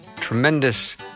tremendous